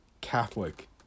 Catholic